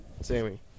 Sammy